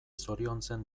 zoriontzen